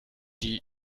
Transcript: die